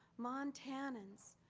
montanans,